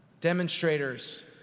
demonstrators